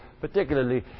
particularly